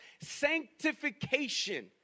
Sanctification